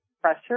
pressure